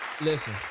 listen